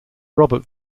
robert